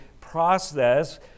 process